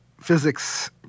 physics